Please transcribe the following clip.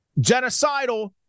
genocidal